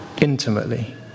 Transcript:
Intimately